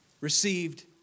received